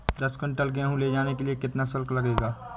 दस कुंटल गेहूँ ले जाने के लिए कितना शुल्क लगेगा?